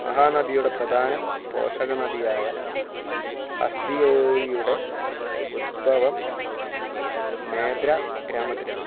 മഹാനദിയുടെ പ്രധാന പോഷകനദിയായ ഹസ്ദിയോയുടെ ഉത്ഭവം മേധ്രാ ഗ്രാമത്തിലാണ്